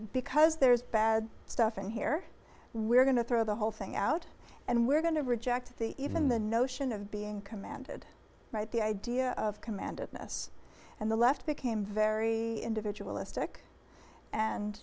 because there's bad stuff in here we're going to throw the whole thing out and we're going to reject the even the notion of being commanded right the idea of command of this and the left became very individualistic and